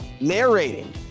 narrating